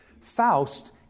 Faust